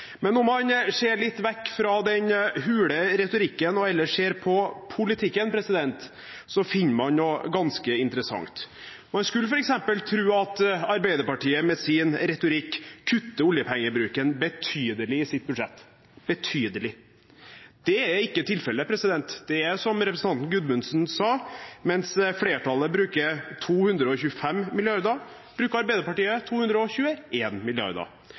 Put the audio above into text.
Men når man ser litt vekk fra den hule retorikken og heller ser på politikken, finner man noe ganske interessant. Man skulle f.eks. tro at Arbeiderpartiet med sin retorikk kutter oljepengebruken betydelig i sitt budsjett – betydelig. Det er ikke tilfellet. Det er som representanten Gudmundsen sa, at mens flertallet bruker 225 mrd. kr, bruker Arbeiderpartiet 221 mrd. kr. Den store forskjellen mellom de uansvarlige og